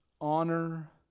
honor